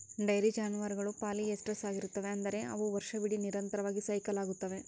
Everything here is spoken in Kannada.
ಡೈರಿ ಜಾನುವಾರುಗಳು ಪಾಲಿಯೆಸ್ಟ್ರಸ್ ಆಗಿರುತ್ತವೆ, ಅಂದರೆ ಅವು ವರ್ಷವಿಡೀ ನಿರಂತರವಾಗಿ ಸೈಕಲ್ ಆಗುತ್ತವೆ